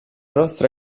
nostra